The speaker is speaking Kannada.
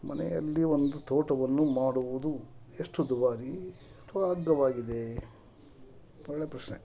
ಮನೆಯಲ್ಲಿ ಒಂದು ತೋಟವನ್ನು ಮಾಡುವುದು ಎಷ್ಟು ದುಬಾರಿ ಅಥ್ವಾ ಅಗ್ಗವಾಗಿದೆ ಒಳ್ಳೆಯ ಪ್ರಶ್ನೆ